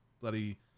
bloody